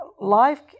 Life